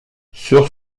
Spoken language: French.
sur